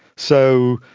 so,